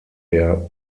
der